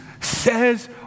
says